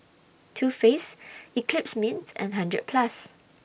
Too Faced Eclipse Mints and hundred Plus